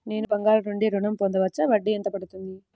నేను బంగారం నుండి ఋణం పొందవచ్చా? వడ్డీ ఎంత పడుతుంది?